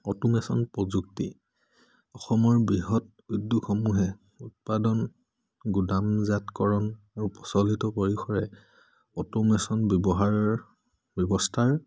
automation প্ৰযুক্তি অসমৰ বৃহৎ উদ্যোগসমূহে উৎপাদন গোদাম জাতকৰণ আৰু প্ৰচলিত পৰিসৰে অটোমেশ্যন ব্যৱহাৰ ব্যৱস্থাৰ